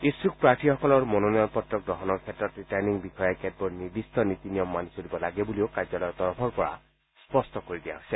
ইচ্ছুক প্ৰাৰ্থীসকলৰ মনোনয়ন পত্ৰ গ্ৰহণৰ ক্ষেত্ৰত ৰিটাৰ্ণিং বিষয়াই কেতবোৰ নিৰ্দিষ্ট নিয়ম মানি চলিব লাগে বুলিও কাৰ্যালয়ৰ তৰফৰ পৰা স্পষ্ট কৰি দিয়া হৈছে